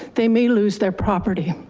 they may lose their property.